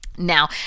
Now